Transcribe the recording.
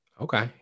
Okay